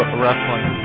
wrestling